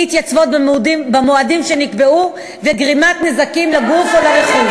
אי-התייצבות במועדים שנקבעו וגרימת נזקים לגוף או לרכוש.